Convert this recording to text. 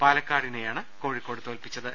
പാലക്കാ ടിനെയാണ് കോഴിക്കോട് തോൽപ്പിച്ചത്